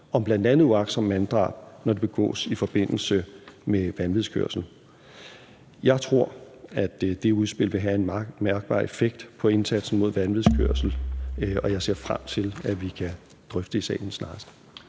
om bl.a. uagtsomt manddrab, når det begås i forbindelse med vanvidskørsel. Jeg tror, at det udspil vil have en mærkbar effekt på indsatsen mod vanvidskørsel, og jeg ser frem til, at vi kan drøfte det i salen snart.